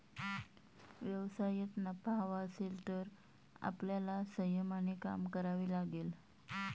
व्यवसायात नफा हवा असेल तर आपल्याला संयमाने काम करावे लागेल